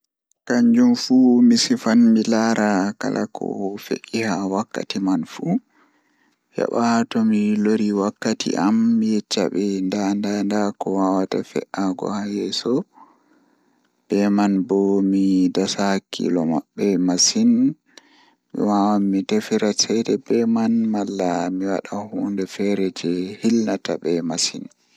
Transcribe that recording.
Kanjum fu mi sifan mi lara ko fe'e haa wakkati man jeɓa tomin lori wakkati man mi viya nda ko waawata fe'a yeeso man, Nden mi dasa hakkiilo mabɓe masin mi wawan mi tefa ceede be man malla mi wadan ko hilnata be masin.